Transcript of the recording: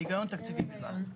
היגיון תקציבי בלבד.